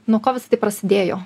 nuo ko visa tai prasidėjo